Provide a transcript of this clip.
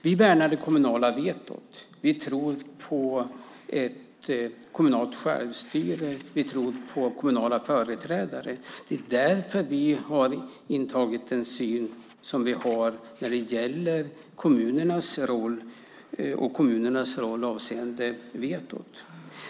Vi värnar det kommunala vetot. Vi tror på ett kommunalt självstyre. Vi tror på kommunala företrädare. Det är därför vi har intagit den syn som vi har när det gäller kommunernas roll och deras roll avseende vetot.